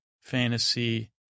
fantasy